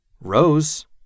Rose